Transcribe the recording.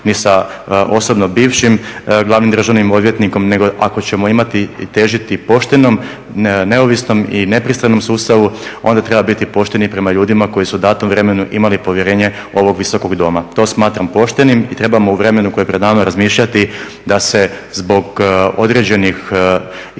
ni sa osobno bivšim glavnim državnim odvjetnikom nego ako ćemo imati i težiti poštenom, neovisnom i nepristranom sustavu onda treba biti pošten i prema ljudima koji su u datom vremenu imali povjerenje ovog visokog doma. To smatram poštenim i trebamo u vremenu koje je pred nama razmišljati da se zbog određenih i